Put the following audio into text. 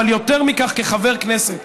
אבל יותר מכך כחבר כנסת,